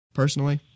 personally